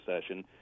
session